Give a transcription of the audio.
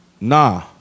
nah